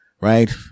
Right